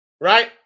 right